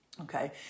Okay